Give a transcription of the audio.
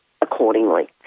accordingly